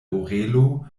orelo